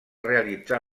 realitzar